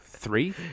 Three